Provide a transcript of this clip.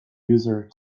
user